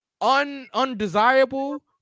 undesirable